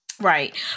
Right